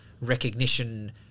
recognition